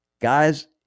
guys